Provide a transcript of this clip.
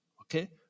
Okay